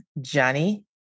Johnny